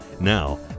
Now